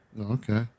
Okay